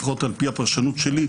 לפחות על פי הפרשנות שלי,